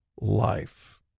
life